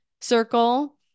circle